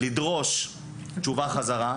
ולדרוש תשובה חזרה,